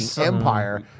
Empire